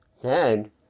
Dead